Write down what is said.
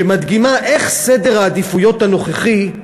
שמדגימה איך סדר העדיפויות הנוכחי,